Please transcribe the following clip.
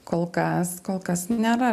kol kas kol kas nėra